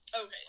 Okay